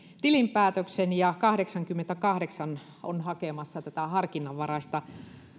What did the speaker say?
tilinpäätöksen ja kahdeksankymmentäkahdeksan on hakemassa tätä harkinnanvaraista